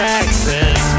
access